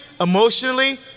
emotionally